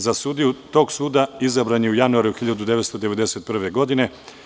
Za sudiju tog suda izabran je u januaru 1991. godine.